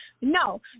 no